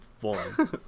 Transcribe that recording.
fun